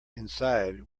inside